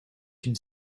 une